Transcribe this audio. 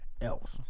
else